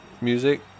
music